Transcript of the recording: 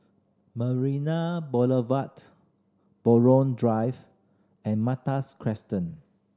Marina Boulevard Buroh Drive and Malta